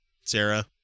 Sarah